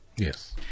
Yes